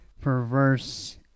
perverse